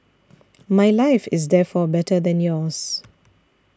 my life is therefore better than yours